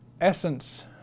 essence